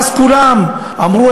ואז כולם אמרו,